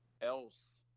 else